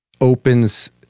opens